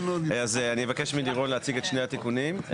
אז אני אבקש מלירון להציג את שני התיקונים.